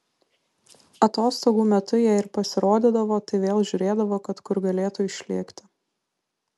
atostogų metu jei ir pasirodydavo tai vėl žiūrėdavo kad kur galėtų išlėkti